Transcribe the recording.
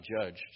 judged